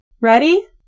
Ready